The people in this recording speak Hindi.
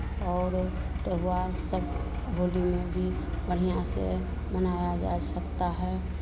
और त्योहार सब होली में भी बढ़ियाँ से मनाया जा सकता है